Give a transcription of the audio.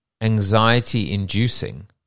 anxiety-inducing